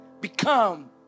become